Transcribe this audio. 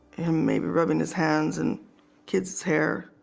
him maybe rubbing his hands and kids hair